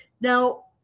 Now